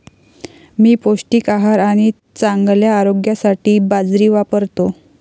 मी पौष्टिक आहार आणि चांगल्या आरोग्यासाठी बाजरी वापरतो